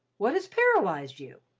what has paralysed you?